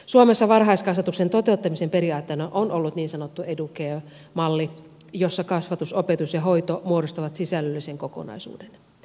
suomessa varhaiskasvatuksen toteuttamisen periaatteena on ollut niin sanottu educare malli jossa kasvatus opetus ja hoito muodostavat sisällöllisen kokonaisuuden